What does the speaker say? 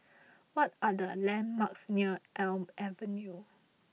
what are the landmarks near Elm Avenue